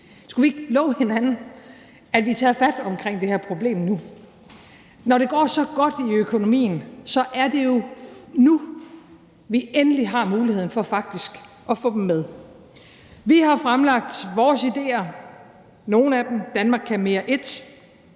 Skulle vi ikke love hinanden, at vi tager fat omkring det her problem nu? Når det går så godt i økonomien, er det jo nu, vi endelig har muligheden for faktisk at få dem med. Vi har fremlagt vores idéer - nogle af dem er »Danmark kan mere I